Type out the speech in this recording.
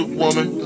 woman